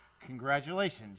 congratulations